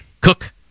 Cook